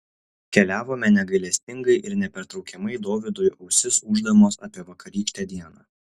keliavome negailestingai ir nepertraukiamai dovydui ausis ūždamos apie vakarykštę dieną